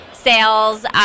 Sales